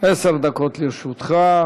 עשר דקות לרשותך.